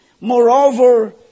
moreover